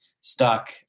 stuck